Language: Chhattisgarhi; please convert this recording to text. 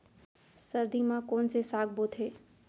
सर्दी मा कोन से साग बोथे?